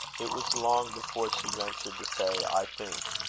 it was long before she ventured to say i think.